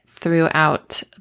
throughout